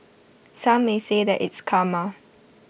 some may say that it's karma